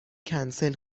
کنسل